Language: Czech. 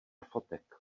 fotek